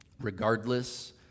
regardless